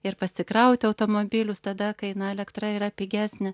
ir pasikrauti automobilius tada kai na elektra yra pigesnė